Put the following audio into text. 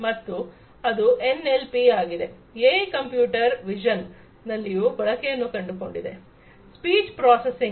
ಮತ್ತೆ ಅದು NL P ಆಗಿದೆ ಎಐ ಕಂಪ್ಯೂಟರ್ ವಿಜನ್ ನಲ್ಲಿಯೂ ಬಳಕೆಯನ್ನು ಕಂಡಿದೆ ಸ್ಪೀಚ್ ಪ್ರೋಸಸಿಂಗ್